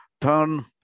turn